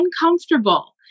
uncomfortable